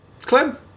Clem